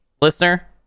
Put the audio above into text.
listener